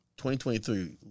2023